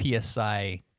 psi